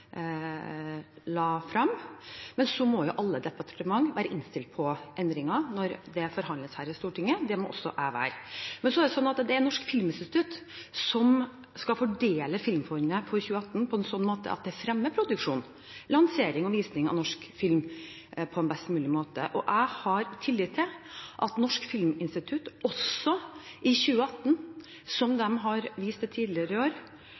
la frem, var denne posten høyere. Men alle departementer må være innstilt på endringer når det forhandles her i Stortinget – det må også jeg være. Det er Norsk filminstitutt som skal fordele filmfondet for 2018 på en sånn måte at det fremmer produksjon, lansering og visning av norsk film på best mulig måte. Jeg har tillit til at Norsk filminstitutt også i 2018, som de har vist tidligere år,